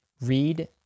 read